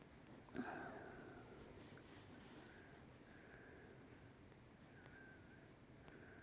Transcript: ಅನಕ್ಷರಸ್ಥ ವ್ಯಕ್ತಿಗೆ debit card ನೀಡಬಹುದೇ?